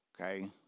okay